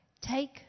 take